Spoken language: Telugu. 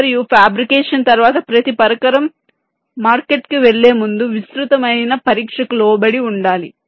మరియు ఫ్యాబ్రికేషన్ తరువాత ప్రతి పరికరం మార్కెట్కు వెళ్ళే ముందు విస్తృతమైన పరీక్షకు లోబడి ఉండాలి